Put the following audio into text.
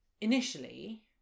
initially